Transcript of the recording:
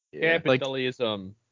Capitalism